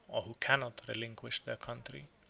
or who cannot, relinquish their country.